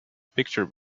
picture